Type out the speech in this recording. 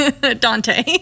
dante